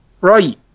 Right